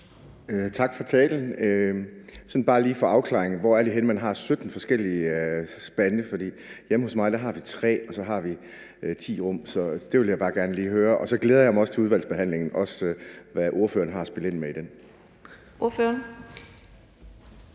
Tak for talen. Jeg spørger sådan bare lige for at få en afklaring. Hvor er det henne, at man har 17 forskellige spande? Hjemme hos mig har vi tre, og så har vi 10 rum. Det vil jeg bare gerne lige høre, og så glæder jeg mig også til udvalgsbehandlingen og også til at høre, hvad ordføreren har at spille ind med i den. Kl.